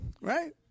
Right